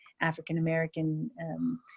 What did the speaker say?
African-American